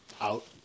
out